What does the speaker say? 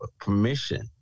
permission